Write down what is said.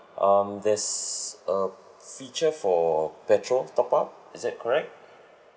um there's a feature for petrol top up is that correct